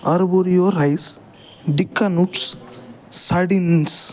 arborio rice dika nuts sardines